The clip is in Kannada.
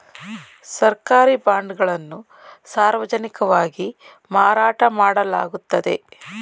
ಸರ್ಕಾರಿ ಬಾಂಡ್ ಗಳನ್ನು ಸಾರ್ವಜನಿಕವಾಗಿ ಮಾರಾಟ ಮಾಡಲಾಗುತ್ತದೆ